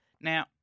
Now